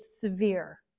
severe